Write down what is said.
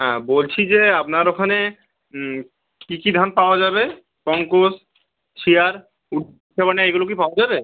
হ্যাঁ বলছি যে আপনার ওখানে কী কী ধান পাওয়া যাবে পঙ্কজ সিয়ার না মানে এগুলো কি পাওয়া যাবে